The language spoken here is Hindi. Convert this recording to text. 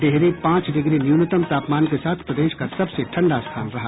डिहरी चार डिग्री न्यूनतम तापमान के साथ प्रदेश का सबसे ठंडा स्थान रहा